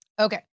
Okay